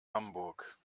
hamburg